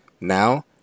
Now